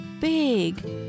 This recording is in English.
big